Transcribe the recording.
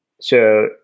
So-